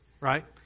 right